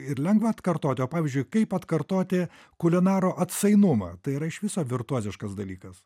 ir lengva atkartoti o pavyzdžiui kaip atkartoti kulinaro atsainumą tai yra iš viso virtuoziškas dalykas